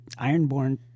Ironborn